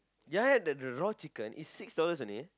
ya ya that that raw chicken it's six dollars only